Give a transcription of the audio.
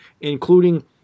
including